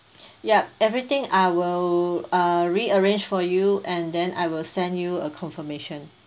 ya everything I will uh rearrange for you and then I will send you a confirmation